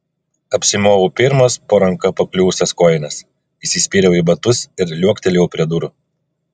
apsimoviau pirmas po ranka pakliuvusias kojines įsispyriau į batus ir liuoktelėjau prie durų